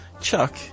Chuck